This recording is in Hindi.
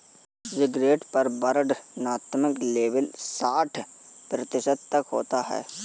सिगरेट पर वर्णनात्मक लेबल साठ प्रतिशत तक होता है